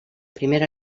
primera